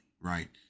right